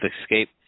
Escape